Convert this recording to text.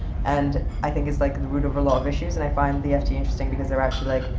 and i think is, like, the root of a lot of issues. and i find the ft interesting because they're actually, like,